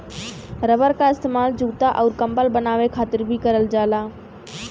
rubber क इस्तेमाल जूता आउर कम्बल बनाये खातिर भी करल जाला